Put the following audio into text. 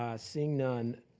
ah seeing none,